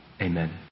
Amen